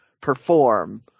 perform